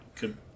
good